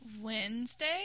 Wednesday